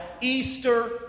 Easter